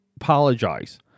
apologize